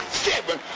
seven